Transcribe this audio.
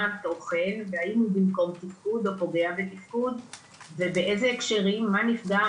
התוכן והאם הוא במקום תפקוד או פוגע בתפקוד ובאיזה הקשרים מה נפגע,